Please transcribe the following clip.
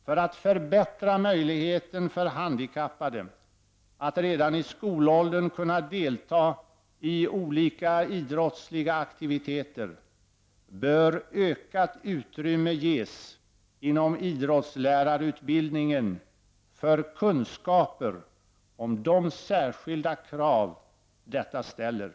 För att förbättra möjligheten för handikappade att redan i skolåldern kunna delta i olika idrottsliga aktiviteter, bör ökat utrymme inom idrottslärarutbildningen ges för inhämtande av kunskaper om de särskilda krav detta ställer.